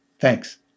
Thanks